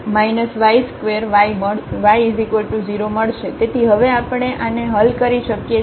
તેથી હવે આપણે આને હલ કરી શકીએ છીએ